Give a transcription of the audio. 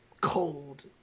cold